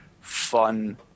fun